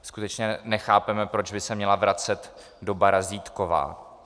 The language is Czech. Skutečně nechápeme, proč by se měla vracet doba razítková.